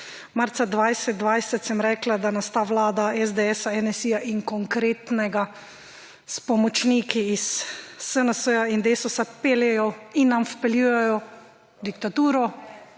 Marca 2020 sem rekla, da nas ta vlada SDS, NSi in Konkretnega s pomočniki iz SNS in Desusa peljejo in nam vpeljujejo diktaturo,